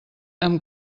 amb